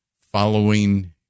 following